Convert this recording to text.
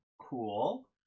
cool